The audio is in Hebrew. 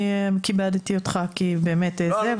אני כיבדתי אותך כי באמת --- לא,